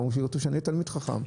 שאני אהיה תלמיד חכם,